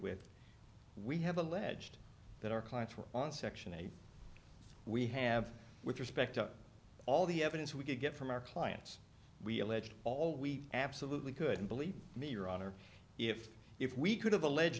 with we have alleged that our clients were on section eight we have with respect to all the evidence we could get from our clients we alleged all we absolutely couldn't believe me your honor if if we could have alleged